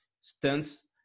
stunts